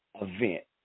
event